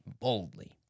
boldly